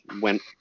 went